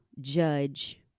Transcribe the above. judge